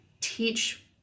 teach